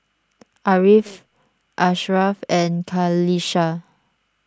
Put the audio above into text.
Ariff Asharaff and Qalisha